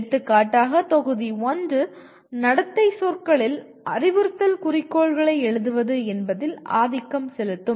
எடுத்துக்காட்டாக தொகுதி 1 நடத்தை சொற்களில் அறிவுறுத்தல் குறிக்கோள்களை எழுதுவது என்பதில் ஆதிக்கம் செலுத்தும்